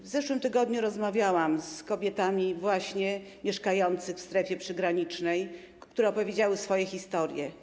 W zeszłym tygodniu rozmawiałam z kobietami mieszkającymi w strefie przygranicznej, które opowiedziały swoje historie.